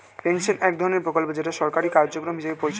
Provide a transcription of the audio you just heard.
pension এক ধরনের প্রকল্প যেটা সরকারি কার্যক্রম হিসেবে পরিচিত